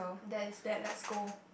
that is that let's go